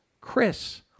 Chris